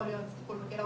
יכול להיות טיפול בקהילה,